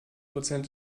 prozent